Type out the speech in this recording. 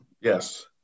Yes